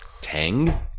tang